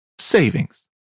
savings